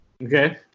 Okay